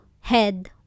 head